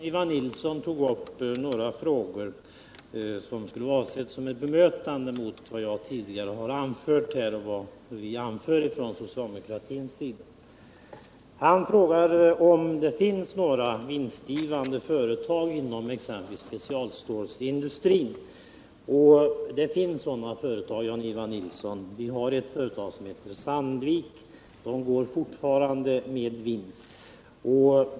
Herr talman! Jan-Ivan Nilssons anförande var på ett par punkter avsett som ett bemötande av vad jag tidigare sade här och vad vi har anfört från socialdemokratins sida. Han frågar om det finns några vinstgivande företag inom specialstålindustrin. Ja, det finns sådana företag, Jan-Ivan Nilsson — ett företag som heter Sandvik AB går fortfarande med vinst.